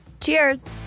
Cheers